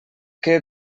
que